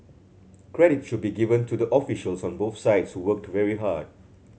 credit should be given to the officials on both sides who worked very hard